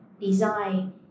design